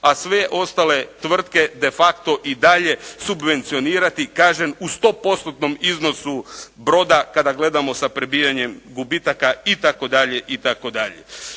a sve ostale tvrtke de facto i dalje subvencionirati kažem u 100%-tnom iznosu broda kada gledamo sa prebijanjem gubitaka itd.